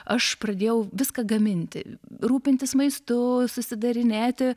aš pradėjau viską gaminti rūpintis maistu susidarinėti